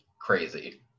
crazy